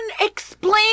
explain